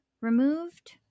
removed